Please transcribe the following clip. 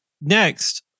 next